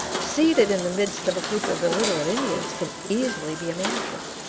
seated in the midst of a group of illiterate indians, can easily be imagined.